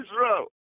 Israel